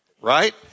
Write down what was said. Right